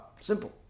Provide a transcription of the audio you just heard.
Simple